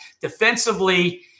Defensively